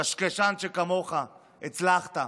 קשקשן שכמוך: הצלחת.